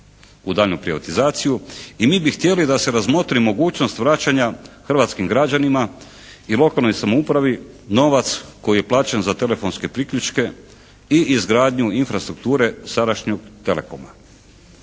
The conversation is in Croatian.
u daljnju privatizaciju i mi bi htjeli da se razmotri mogućnost vraćanja hrvatskim građanima i lokalnoj samoupravi novac koji je plaćen za telefonske priključke i izgradnju infrastrukture sadašnjeg telekoma.